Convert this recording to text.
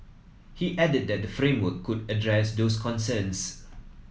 he added that the framework could address those concerns